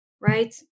right